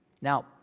now